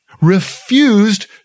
refused